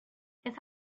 his